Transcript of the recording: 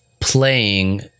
playing